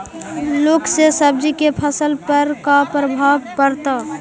लुक से सब्जी के फसल पर का परभाव पड़तै?